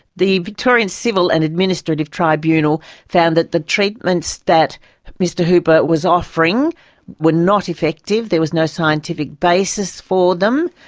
the victorian civil and administrative tribunal found that the treatments that mr hooper was offering were not effective, there was no scientific basis for them,